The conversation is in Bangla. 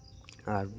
আর